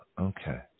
Okay